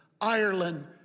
Ireland